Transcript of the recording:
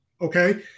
okay